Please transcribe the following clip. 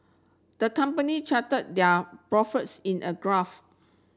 the company charted they are profits in a graph